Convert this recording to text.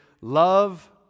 love